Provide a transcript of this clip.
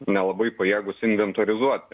nelabai pajėgūs inventorizuoti